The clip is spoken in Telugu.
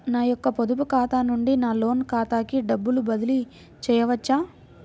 నా యొక్క పొదుపు ఖాతా నుండి నా లోన్ ఖాతాకి డబ్బులు బదిలీ చేయవచ్చా?